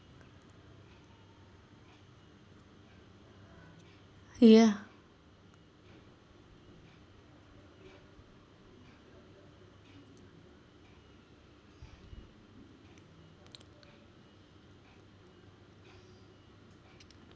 ya